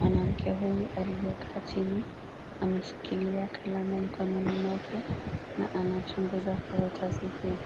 Mwanamke huyu aliyekaa chini ameshikilia kalamu mkononi mwake na anachunguza karatasi hii.